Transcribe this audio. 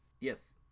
Yes